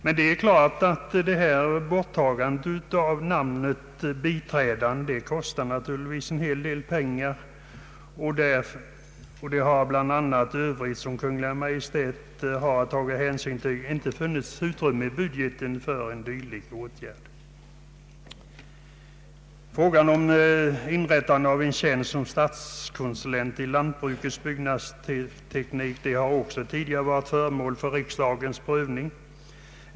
Utbytet av en biträdande professor mot en ordinarie kostar naturligtvis en hel del pengar, och det har med tanke på allt övrigt som Kungl. Maj:t har att ta hänsyn till inte funnits utrymme i budgeten för en dylik åtgärd. Frågan om inrättandet av en tjänst som statskonsulent i frågor rörande lantbrukets byggnadsteknik har även tidigare varit föremål för riksdagens prövning.